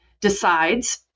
decides